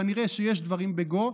כנראה שיש דברים בגו.